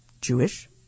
Jewish